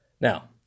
Now